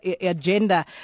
agenda